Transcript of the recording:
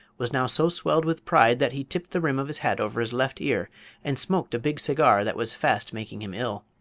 was now so swelled with pride that he tipped the rim of his hat over his left ear and smoked a big cigar that was fast making him ill.